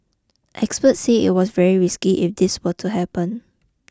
experts say it was very risky if this were to happen